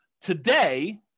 Today